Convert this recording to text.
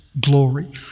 glory